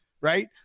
right